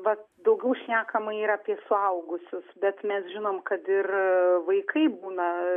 vat daugiau šnekama yra apie suaugusius bet mes žinom kad ir vaikai būna